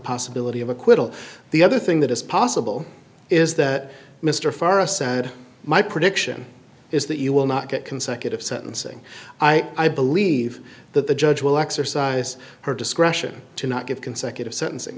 possibility of acquittal the other thing that is possible is that mr forrest said my prediction is that you will not get consecutive sentencing i believe that the judge will exercise her discretion to not give consecutive sentencing